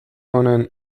honen